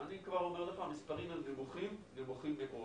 אני כבר אומר לך שהמספרים הם נמוכים ונמוכים מאוד,